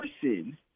person